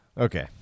Okay